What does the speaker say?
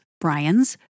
Brian's